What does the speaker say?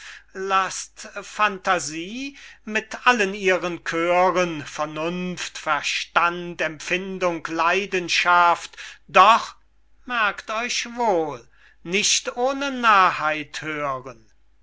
laßt phantasie mit allen ihren chören vernunft verstand empfindung leidenschaft doch merkt euch wohl nicht ohne narrheit hören